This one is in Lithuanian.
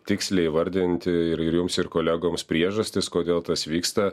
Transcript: tiksliai įvardinti ir ir jums ir kolegoms priežastis kodėl tas vyksta